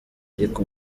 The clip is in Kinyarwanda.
ariko